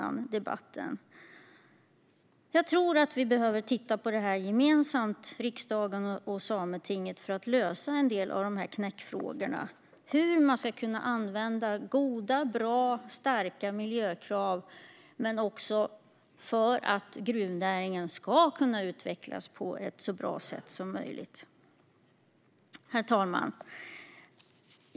Jag tror att riksdagen och Sametinget behöver titta på det här gemensamt för att kunna lösa en del av knäckfrågorna: Hur man ska kunna använda goda, bra och starka miljökrav, också för att gruvnäringen ska kunna utvecklas på ett så bra sätt som möjligt. Herr talman!